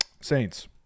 Saints